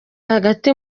hagati